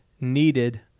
needed